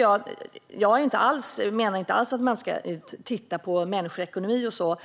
Jag menar inte alls att man ska titta på människors ekonomi och vad